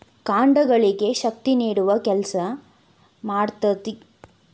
ಕಾಂಡಗಳಿಗೆ ಶಕ್ತಿ ನೇಡುವ ಕೆಲಸಾ ಮಾಡ್ತತಿ